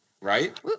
Right